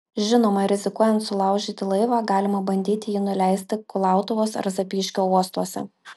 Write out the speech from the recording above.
žinoma rizikuojant sulaužyti laivą galima bandyti jį nuleisti kulautuvos ar zapyškio uostuose